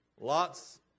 lots